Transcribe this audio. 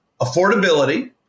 affordability